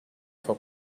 for